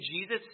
Jesus